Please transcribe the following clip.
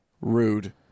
Rude